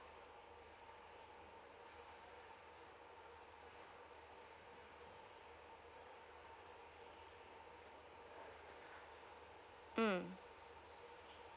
mm